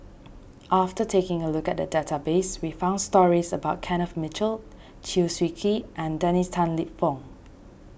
after taking a look at the database we found stories about Kenneth Mitchell Chew Swee Kee and Dennis Tan Lip Fong